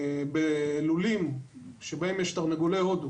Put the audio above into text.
בלולים בהם יש תרנגולי הודו